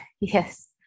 yes